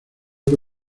que